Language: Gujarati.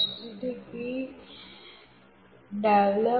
mbed